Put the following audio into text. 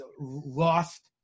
lost